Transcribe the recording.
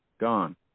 gone